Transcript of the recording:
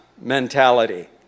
mentality